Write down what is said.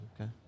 okay